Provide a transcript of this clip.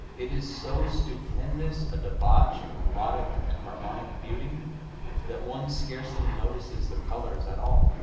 it is so stupendous a debauch of melodic and harmonic beauty that one scarcely notices the colors at all.